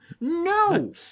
no